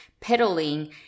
pedaling